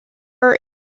are